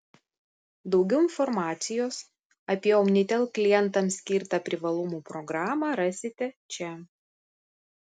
daugiau informacijos apie omnitel klientams skirtą privalumų programą rasite čia